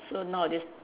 so nowadays